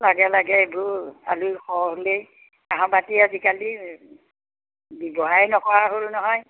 লাগে লাগে এইবোৰ সৰহ হ'লেই কাঁহৰ বাটি আজিকালি ব্যৱহাৰে নকৰা হ'ল নহয়